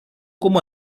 como